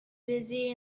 busy